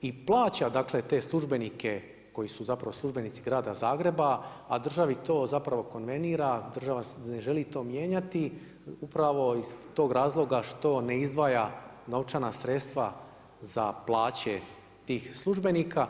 i plaća dakle te službenike koji su zapravo službenici grada Zagreba a državi to zapravo konvenira, država ne želi to mijenjati upravo iz tog razloga što ne izdvaja novčana sredstva za plaće tih službenika.